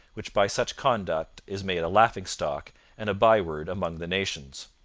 which by such conduct is made a laughing-stock and a byword among the nations.